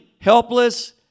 helpless